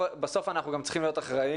בסוף אנחנו גם צריכים להיות אחראים,